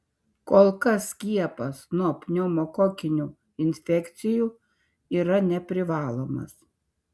kol kas skiepas nuo pneumokokinių infekcijų yra neprivalomas